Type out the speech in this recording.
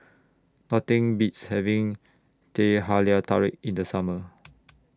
Nothing Beats having Teh Halia Tarik in The Summer